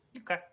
Okay